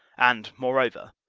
and, moreover,